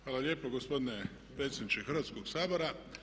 Hvala lijepo gospodine predsjedniče Hrvatskog sabora.